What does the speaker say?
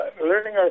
learning